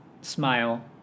smile